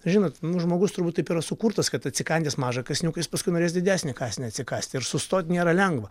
žinot nu žmogus turbūt taip yra sukurtas kad atsikandęs mažą kąsniuką jis paskui norės didesnį kąsnį atsikąsti ir sustot nėra lengva